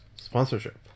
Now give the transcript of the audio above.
sponsorship